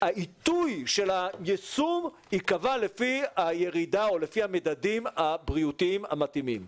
העיתוי של היישום ייקבע לפי הירידה או לפי המדדים הבריאותיים המתאימים.